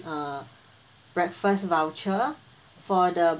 uh breakfast voucher for the